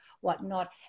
whatnot